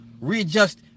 Readjust